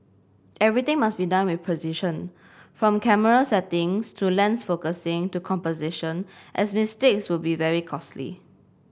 everything must be done with precision from camera settings to lens focusing to composition as mistakes will be very costly